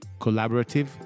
Collaborative